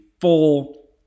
full